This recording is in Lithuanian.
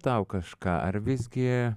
tau kažką ar visgi